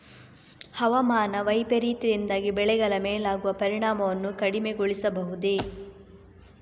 ಹವಾಮಾನ ವೈಪರೀತ್ಯದಿಂದಾಗಿ ಬೆಳೆಗಳ ಮೇಲಾಗುವ ಪರಿಣಾಮವನ್ನು ಕಡಿಮೆಗೊಳಿಸಬಹುದೇ?